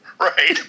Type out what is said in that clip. Right